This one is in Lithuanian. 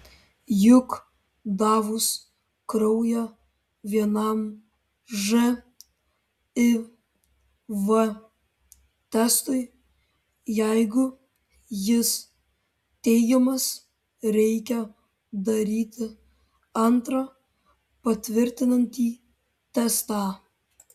juk davus kraują vienam živ testui jeigu jis teigiamas reikia daryti antrą patvirtinantį testą